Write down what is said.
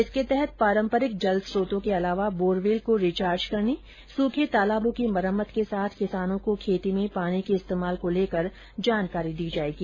इसके तहत पारम्परिक जल स्त्रोतो के अलावा बोरवेल को रिचार्ज करने सुखे तालाबों की मरम्मत के साथ किसानों को खेती में पानी के इस्तेमाल को लेकर जानकारी दी जायेगी